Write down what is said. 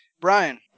brian